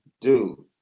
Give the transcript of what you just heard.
Dude